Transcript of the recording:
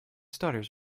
stutters